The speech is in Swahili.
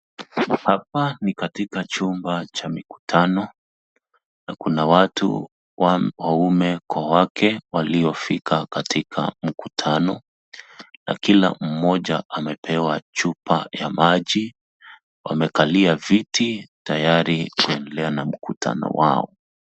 Hapa ni katika chumba cha mikutano na kuna watu wanaume kwa wake waliofika katika mkutano, na kila mmoja amepewa chupa ya maji. Wamekalia viti tayari kuendelea na mkutano wao.